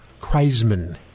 kreisman